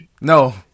No